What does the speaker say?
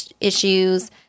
issues